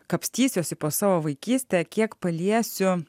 kapstysiuosi po savo vaikystę kiek paliesiu